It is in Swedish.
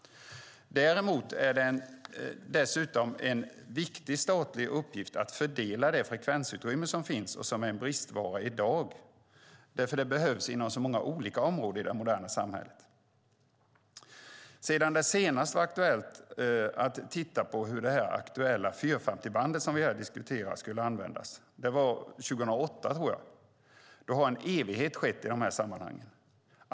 Däremot är det en viktig statlig uppgift att fördela det frekvensutrymme som finns och som är en bristvara i dag. Det behövs nämligen inom många olika områden i det moderna samhället. Sedan 2008 då det senast var aktuellt att titta på hur det aktuella 450-bandet skulle användas har en evighet skett i dessa sammanhang.